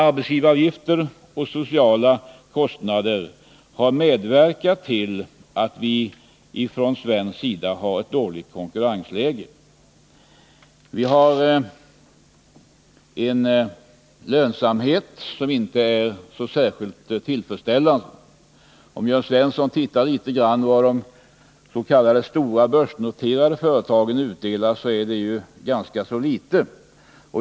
Arbetsgivaravgifter och sociala kostnader har alltså medverkat till att vi från svensk sida har ett dåligt konkurrensläge. Vi har en lönsamhet som inte är så särskilt tillfredsställande. Om Jörn Svensson litet grand ser efter vad de s.k. börsnoterade företagen utdelar, finner han att det är ganska litet.